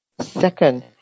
Second